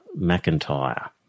McIntyre